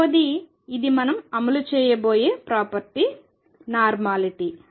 రెండవది ఇది మనం అమలు చేయబోయే ప్రాపర్టీ నార్మాలిటీ